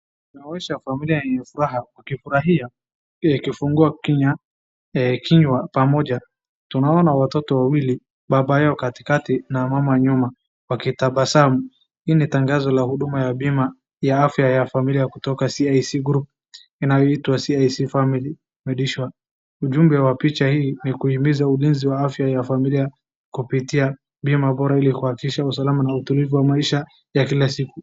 Inaonyesha familia yenye furaha ikifurahia, ikifungua kinywa pamoja. Tunaona watoto wawili, baba yao katikati na mama nyuma wakitabasamu. Hili ni tangazo la umma ya bima ya afya ya familia kutoka CIC group inayoitwa CIC Family Medisure . Ujumbe wa pich hii ni kuhimiza ulinzi wa afya ya familia kupitia bima bora ili kuhakikisha usalama na utulivu wa maisha ya kila siku.